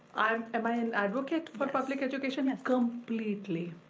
um am i an advocate for public education? completely.